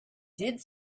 did